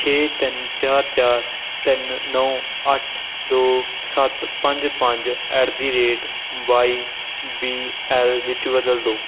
ਛੇ ਤਿੰਨ ਚਾਰ ਚਾਰ ਤਿੰਨ ਨੌਂ ਅੱਠ ਦੋ ਸੱਤ ਪੰਜ ਪੰਜ at the rate Y B L ਵਿਚ ਬਦਲ ਦਿਓ